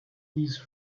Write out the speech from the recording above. these